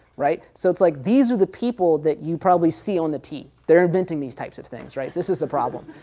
right. so it's like these are the people that you probably see on the team. they're inventing these types of things, right. this is a problem.